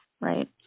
right